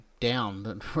down